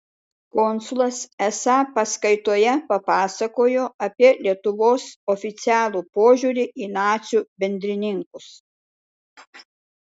konsulas esą paskaitoje papasakojo apie lietuvos oficialų požiūrį į nacių bendrininkus